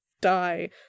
die